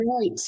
right